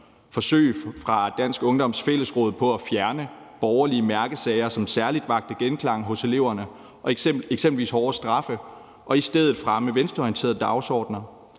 forsøg fra Dansk Ungdoms Fællesråd på at fjerne borgerlige mærkesager, som særlig vakte genklang hos eleverne, eksempelvis hårdere straffe, og i stedet fremme venstreorienterede dagsordener,